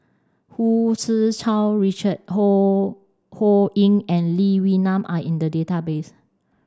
Hu Tsu Tau Richard Ho Ho Ying and Lee Wee Nam are in the database